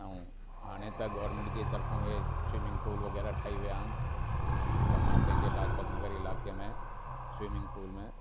ऐं हाणे त गोरिमेंट जे तरफों ए स्वीमिंग पूल वग़ैरह ठही विया आहिनि त मां पंहिंजे लाजपतनगर इलाइक़े में स्वीमिंग पूल में